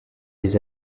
les